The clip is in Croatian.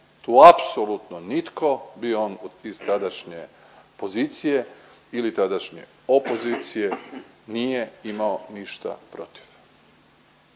tu apsolutno nitko bio on iz tadašnje pozicije ili tadašnje opozicije nije imao ništa protiv.